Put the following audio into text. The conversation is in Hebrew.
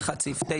ואחד סעיף 9